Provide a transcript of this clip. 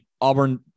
Auburn